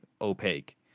opaque